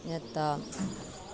यथा